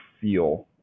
feel